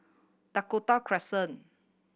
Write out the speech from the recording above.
Dakota Crescent